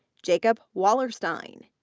jacob walerstein,